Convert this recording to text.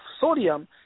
sodium